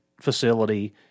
facility